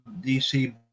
DC